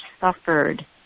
suffered